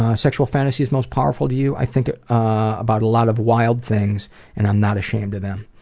ah sexual fantasies most powerful to you i think about a lot of wild things and i'm not ashamed of them.